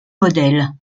modèle